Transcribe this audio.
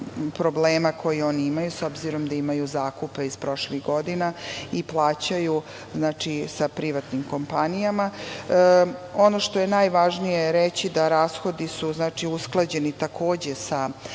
problema koje oni imaju, s obzirom da imaju zakupe iz prošlih godina i plaćaju sa privatnim kompanijama. Ono što je najvažnije reći, da rashodi su usklađeni takođe sa